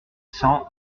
cent